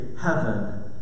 heaven